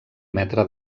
metre